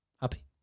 Happy